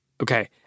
Okay